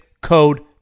code